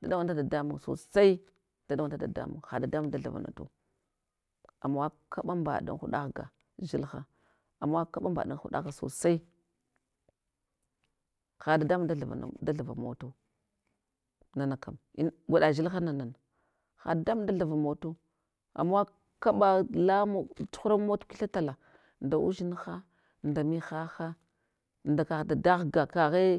da dawanata dadamun sosai, da ɗawanata dadamun, ha dadamun dathava natu, amawa kaɓa mɓaɗan huɗa ghga, dzilha, amawa kaɓa mbaɗan huɗa ghga sosai, ha dadamun thavana da thavamatu. Nana kam in gwaɗa dzilhana nana ha dadamun da thavamatu, amawa kaɓa lamau tsuhura mau tukwitha tula, nda udzinha nda mihaha, nda kagh dada ghga kaghe